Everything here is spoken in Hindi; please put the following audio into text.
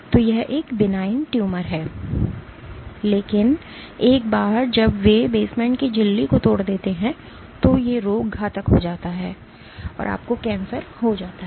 तो यह एक बिनाइन ट्यूमर है लेकिन एक बार जब वे बेसमेंट की झिल्ली को तोड़ देते हैं तो रोग घातक हो जाता है और आपको कैंसर हो जाता है